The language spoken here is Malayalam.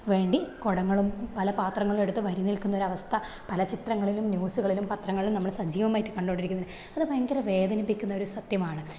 വേണ്ടി കുടങ്ങളും പലപാത്രങ്ങളും എടുത്ത് വരി നിൽക്കുന്ന ഒരു അവസ്ഥ പല ചിത്രങ്ങളിലും ന്യൂസുകളിലും പത്രങ്ങളിലും നമ്മൾ സജീവമായിട്ട് കണ്ടുകൊണ്ടിരിക്കുന്നുണ്ട് അത് ഭയങ്കര വേദനിപ്പിക്കുന്ന ഒരു സത്യമാണ്